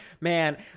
man